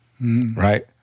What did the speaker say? right